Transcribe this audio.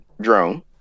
drone